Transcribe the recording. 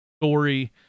story